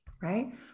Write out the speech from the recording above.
right